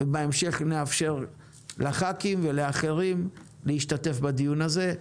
בהמשך נאפשר לח"כים, ולאחרים להשתתף בדיון הזה.